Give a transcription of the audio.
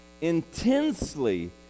intensely